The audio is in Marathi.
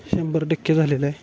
शंभर टक्के झालेला आहे